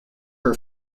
her